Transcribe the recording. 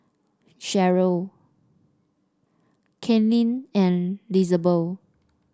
Cherrie Kaitlynn and Lizabeth